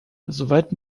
soweit